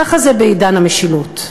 ככה זה בעידן המשילות.